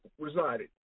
resided